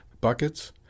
Buckets